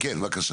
כן, בבקשה.